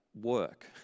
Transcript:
work